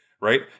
right